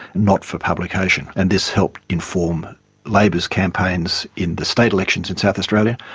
not for publication, and this helped inform labor's campaigns in the state elections in south australia.